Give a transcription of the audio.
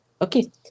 okay